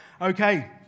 Okay